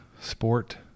Sport